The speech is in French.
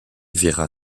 verra